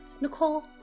Nicole